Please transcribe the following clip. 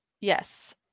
Yes